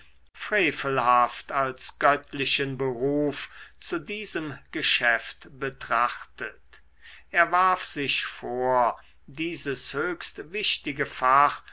frevelhaft als göttlichen beruf zu diesem geschäft betrachtet er warf sich vor dieses höchst wichtige fach